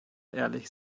ehrlich